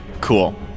Cool